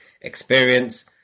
experience